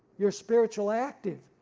your spiritually active,